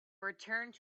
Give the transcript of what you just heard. returned